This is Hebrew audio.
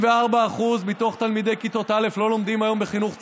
ש-54% מתלמידי כיתות א' אינם לומדים היום בחינוך ציוני?